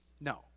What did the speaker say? No